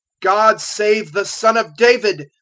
god save the son of david!